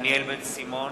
דניאל בן-סימון,